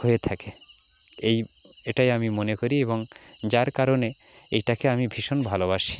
হয়ে থাকে এই এটাই আমি মনে করি এবং যার কারণে এটাকে আমি ভীষণ ভালোবাসি